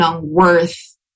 worth